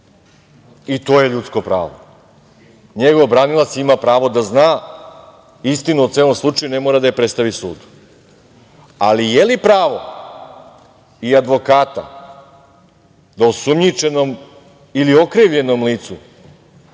I to je ljudsko pravo. Njegov branilac ima pravo da zna istinu o celom slučaju, ne mora da je predstavi sudu. Ali, je li pravo i advokata da osumnjičenom ili okrivljenom licu